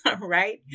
right